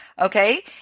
Okay